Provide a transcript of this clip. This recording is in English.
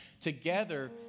Together